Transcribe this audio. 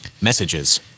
Messages